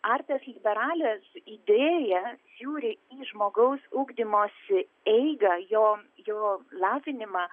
artes liberales idėja žiūri į žmogaus ugdymosi eigą jo jo lavinimą